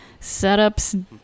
Setups